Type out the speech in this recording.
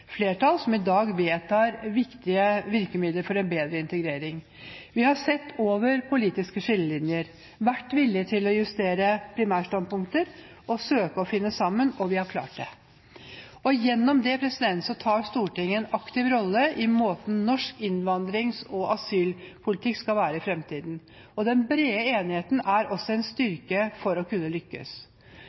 flertall som i dag vedtar viktige virkemidler for en bedre integrering. Vi har sett over politiske skillelinjer, vært villig til å justere primærstandpunkter og søke å finne sammen – og vi har klart det. Gjennom det tar Stortinget en aktiv rolle i hvordan norsk innvandrings- og asylpolitikk skal være i fremtiden. Den brede enigheten er også en styrke for å kunne lykkes.